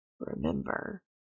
Remember